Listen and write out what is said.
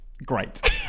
Great